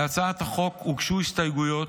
להצעת החוק הוגשו הסתייגויות,